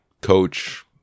coach